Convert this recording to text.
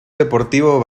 deportivo